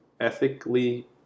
ethically